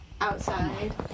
outside